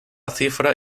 cifra